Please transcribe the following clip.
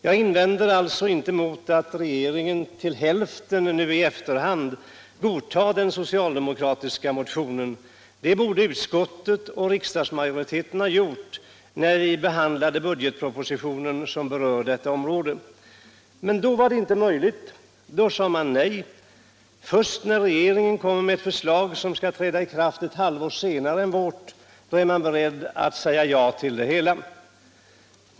Jag invänder alltså inte emot att regeringen till hälften nu i efterhand godtar den socialdemokratiska motionen. Det borde utskottet och riksdagsmajoriteten ha gjort när vi behandlade budgetpropositionen som berörde detta område. Men då var det inte möjligt. Då sade man nej. Först när regeringen kom med ett förslag som skulle träda i kraft ett halvår senare än vårt är man beredd att säga ja.